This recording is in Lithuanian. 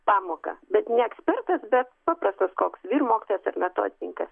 pamoką bet ne ekspertas bet paprastas koks vyrmokytojas ar metodininkas